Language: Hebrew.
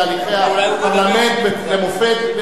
על הסתייגותו,